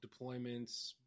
Deployments